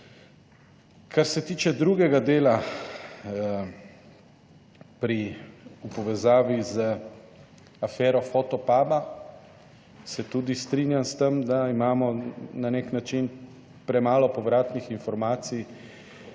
Kar se tiče drugega dela, pri, v povezavi z afero Fotopuba, se tudi strinjam s tem, da imamo na nek način premalo povratnih informacij